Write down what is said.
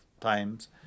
times